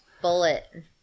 bullet